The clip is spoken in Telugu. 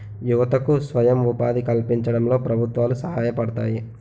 యువతకు స్వయం ఉపాధి కల్పించడంలో ప్రభుత్వాలు సహాయపడతాయి